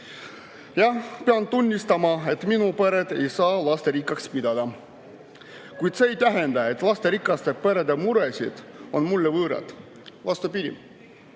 Jah, pean tunnistama, et minu peret ei saa lasterikkaks pidada, kuid see ei tähenda, et lasterikaste perede mured on mulle võõrad. Vastupidi.